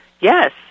Yes